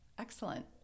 Excellent